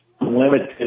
limited